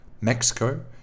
Mexico